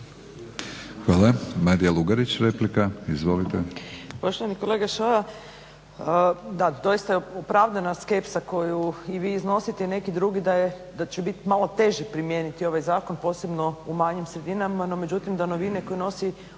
Hvala. Marija Lugarić, replika. Izvolite.